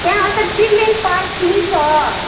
त्यहाँ अनि त चिल्ड्रेन पार्क पनि छ